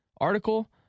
article